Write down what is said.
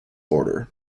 border